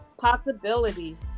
possibilities